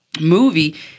movie